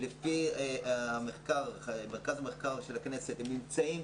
שלפי מרכז המחקר של הכנסת נמצאים